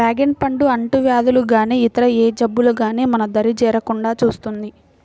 dragon పండు అంటువ్యాధులు గానీ ఇతర ఏ జబ్బులు గానీ మన దరి చేరకుండా చూస్తుంది